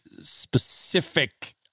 specific